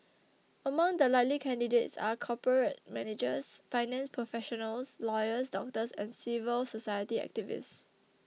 among the likely candidates are corporate managers finance professionals lawyers doctors and civil society activists